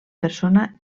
persona